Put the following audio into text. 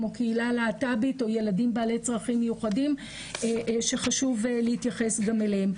כמו הקהילה הלהט"בית וילדים בעלי צרכים מיוחדים שחשוב להתייחס גם אליהם.